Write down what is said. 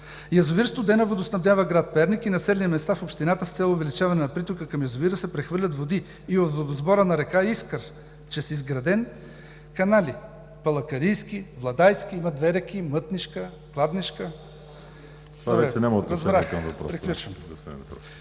Язовир „Студена“ водоснабдява град Перник и населени места в общината. С цел увеличаване на притока към язовира се прехвърлят води и от водосбора на река Искър чрез изградени канали: „Палакарийски“, „Владайски“, има две реки: Мътнишка и Кладнишка. ПРЕДСЕДАТЕЛ